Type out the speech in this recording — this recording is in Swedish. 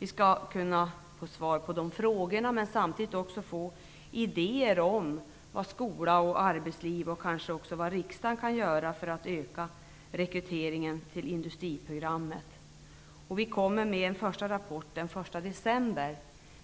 då skall kunna få svar på våra frågor men samtidigt också skall få idéer om vad skolan, arbetslivet och kanske riksdagen kan göra för att öka rekryteringen till industriprogrammet. Vi kommer att lägga fram en första rapport den 1 december.